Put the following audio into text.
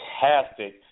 fantastic